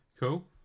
Cool